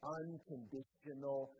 unconditional